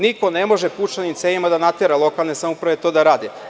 Niko ne može puščanim cevima da natera lokalne samouprave to da rade.